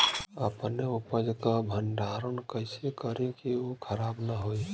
अपने उपज क भंडारन कइसे करीं कि उ खराब न हो?